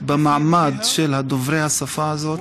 במעמד של דוברי השפה הזאת,